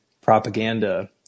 propaganda